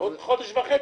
עוד חודש וחצי.